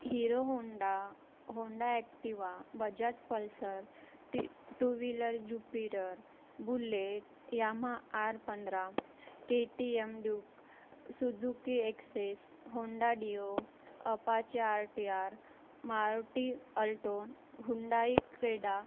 hero Honda Activa Bajaj Pulsar T two wheeler Jupiter Bullet Yamaha R पंधरा K T M Duke Suzuki Access Honda Dio Apache R T R Maruti Alto Hyundai CREDA